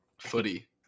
footy